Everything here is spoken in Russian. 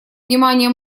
внимание